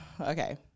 Okay